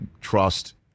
trust